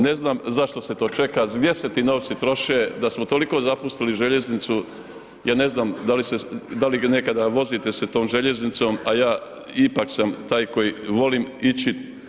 Ne znam zašto se to čeka, gdje se ti novci troše, da smo toliko zapustili željeznicu, ja ne znam, da li nekada vozite se tom željeznicom, a ja ipak sam taj koji volim ići.